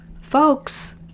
Folks